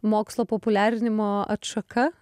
mokslo populiarinimo atšaka